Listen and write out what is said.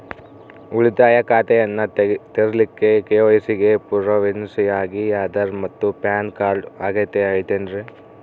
ಉಳಿತಾಯ ಖಾತೆಯನ್ನ ತೆರಿಲಿಕ್ಕೆ ಕೆ.ವೈ.ಸಿ ಗೆ ಪುರಾವೆಯಾಗಿ ಆಧಾರ್ ಮತ್ತು ಪ್ಯಾನ್ ಕಾರ್ಡ್ ಅಗತ್ಯ ಐತೇನ್ರಿ?